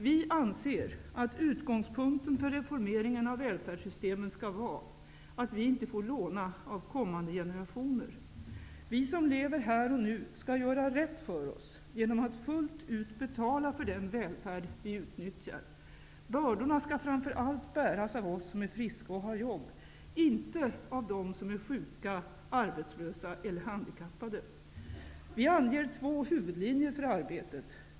Vi anser att utgångspunkten för re formeringen av välfärdssystemen skall vara att vi inte får låna av kommande generationer. Vi som lever här och nu skall göra rätt för oss genom att fullt ut betala för den välfärd vi utnyttjar. Bör dorna skall framför allt bäras av oss som är friska och har jobb -- inte av dem som är sjuka, arbets lösa eller handikappade. Vi anger två huvudlinjer för arbetet.